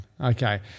Okay